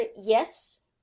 yes